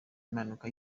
impanuka